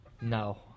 No